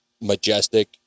majestic